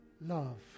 love